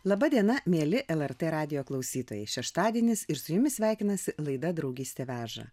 laba diena mieli lrt radijo klausytojai šeštadienis ir su jumis sveikinasi laida draugystė veža